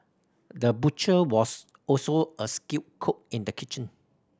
the butcher was also a skilled cook in the kitchen